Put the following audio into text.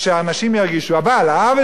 אבל העוול שנעשה היום,